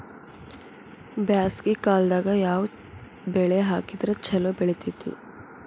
ಬ್ಯಾಸಗಿ ಕಾಲದಾಗ ಯಾವ ಬೆಳಿ ಹಾಕಿದ್ರ ಛಲೋ ಬೆಳಿತೇತಿ?